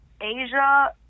Asia